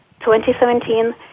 2017